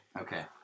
Okay